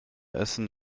essen